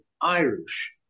Irish